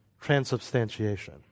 Transubstantiation